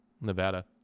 Nevada